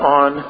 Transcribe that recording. on